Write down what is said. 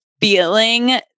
feeling